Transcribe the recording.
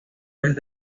pez